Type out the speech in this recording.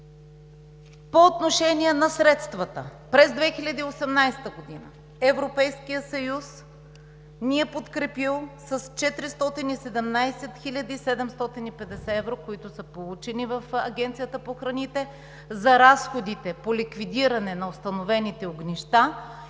По отношение на средствата. През 2018 г. Европейският съюз ни е подкрепил с 417 750 евро, които са получени в Агенцията по храните за разходите по ликвидиране на установените огнища